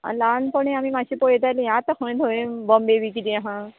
ल्हानपणी आमी मात्शें पळयतालीं आतां खंय थंय बॉम्बे बी किदें आहा